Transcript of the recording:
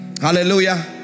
Hallelujah